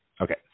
Okay